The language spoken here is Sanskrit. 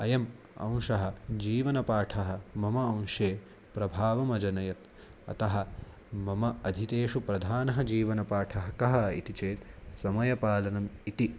अयम् अंशः जीवनपाठः मम अंशे प्रभावम् अजनयत् अतः मम अधीतेषु प्रधानः जीवनपाठः कः इति चेत् समयपालनम् इति